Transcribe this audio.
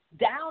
down